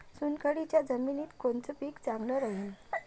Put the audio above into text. चुनखडीच्या जमिनीत कोनचं पीक चांगलं राहीन?